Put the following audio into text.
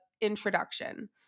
introduction